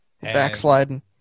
Backsliding